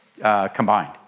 combined